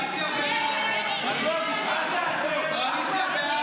התשפ"ה 2024,